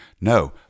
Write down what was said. No